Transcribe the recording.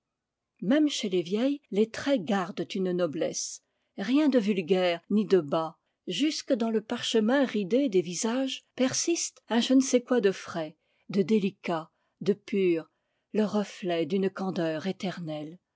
même chez les vieilles les traits gardent une noblesse rien de vulgaire ni de bas jusque dans le parchemin ridé des visages persiste un je ne sais quoi de frais de délicat de pur le reflet d'une candeur éternelle